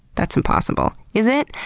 that's impossible. is it?